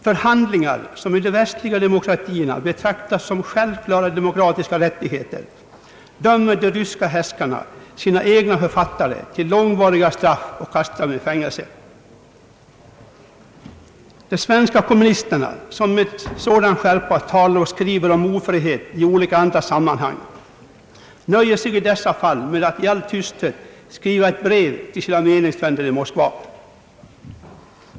För handlingar, som i de västliga demokratierna betraktas som självklara demokratiska rättigheter, dömer de ryska härskarna sina egna författare till långvariga straff och kastar dem i fängelse. De svenska kommunisterna, som med sådan skärpa talar och skriver om ofrihet i olika andra sammanhang, nöjer sig i dessa fall med att i all tysthet skriva ett brev till sina meningsfränder i Moskva.